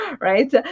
right